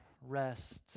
rest